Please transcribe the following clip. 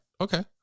okay